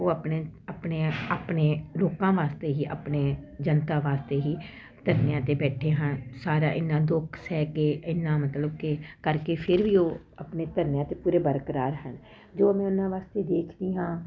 ਉਹ ਆਪਣੇ ਆਪਣੇ ਆਪਣੇ ਲੋਕਾਂ ਵਾਸਤੇ ਹੀ ਆਪਣੇ ਜਨਤਾ ਵਾਸਤੇ ਹੀ ਧਰਨਿਆਂ ਤੇ ਬੈਠੇ ਹਨ ਸਾਰਾ ਇਹਨਾਂ ਦੁੱਖ ਸਹਿ ਕੇ ਇੰਨਾ ਮਤਲਬ ਕਿ ਕਰਕੇ ਫਿਰ ਵੀ ਉਹ ਆਪਣੇ ਧਰਨਿਆਂ ਤੇ ਪੂਰੇ ਬਰਕਰਾਰ ਹਨ ਤੇ ਜੋ ਮੈਂ ਉਹਨਾਂ ਵਾਸਤੇ ਦੇਖ ਰਹੀ ਹਾਂ